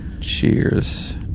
Cheers